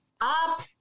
Up